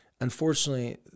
Unfortunately